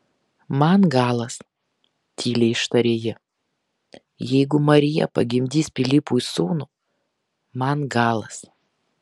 man galas tyliai ištarė ji jeigu marija pagimdys pilypui sūnų man galas